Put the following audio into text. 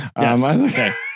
Yes